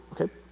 okay